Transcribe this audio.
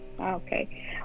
Okay